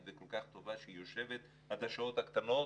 וכל כך טובה והיא יושבת עד השעות הקטנות